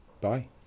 Bye